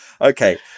Okay